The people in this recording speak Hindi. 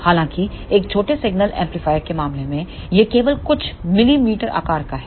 हालांकि एक छोटे सिग्नल एम्पलीफायर के मामले में यह केवल कुछ मिलीमीटर आकार का है